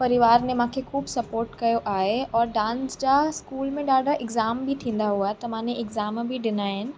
परिवार ने मूंखे ख़ूबु सपॉर्ट कयो आहे और डांस जा स्कूल में ॾाढा इग्ज़ाम बि थींदा हुआ त मां एग्ज़ाम बि ॾिना आहिनि